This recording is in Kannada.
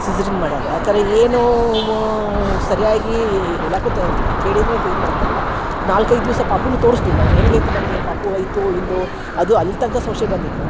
ಸಿಝರಿನ್ ಮಾಡ್ಯಾರ ಆ ಥರ ಏನು ವಾ ಸರಿಯಾಗಿ ಹೇಳಾಕು ತಯಾರಿಲ್ಲ ಕೇಳಿದರೆ ಇದು ಮಾಡತಲ್ಲ ನಾಲ್ಕೈದು ದಿವಸ ಪಾಪುನ ತೊರಿಸಿಲ್ಲ ಹೆಂಗೈತ್ ನಮಗೆ ಪಾಪು ಐತೊ ಇಲ್ಲೋ ಅದು ಅಲ್ಲಿ ತನಕ ಸಮಸ್ಯೆ ಬಂದಿತ್ತು